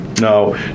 No